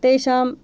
तेषां